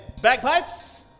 bagpipes